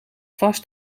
vast